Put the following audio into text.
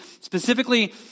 specifically